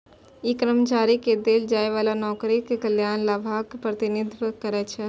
ई कर्मचारी कें देल जाइ बला नौकरीक कल्याण लाभक प्रतिनिधित्व करै छै